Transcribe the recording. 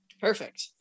Perfect